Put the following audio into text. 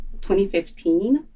2015